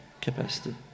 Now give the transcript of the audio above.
capacity